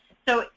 so,